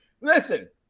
Listen